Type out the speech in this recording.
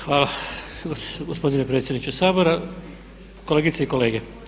Hvala gospodine predsjedniče Sabora, kolegice i kolege.